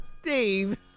Steve